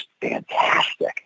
fantastic